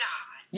God